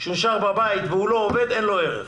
כשהוא נשאר בבית והוא לא עובד, אין לו ערך.